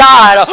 God